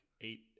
eight